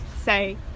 say